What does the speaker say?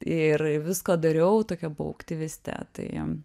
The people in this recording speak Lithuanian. ir visko dariau tokia buvo aktyviste tai